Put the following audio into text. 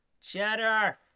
Cheddar